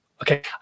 Okay